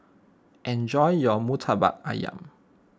enjoy your Murtabak Ayam